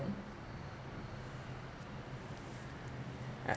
right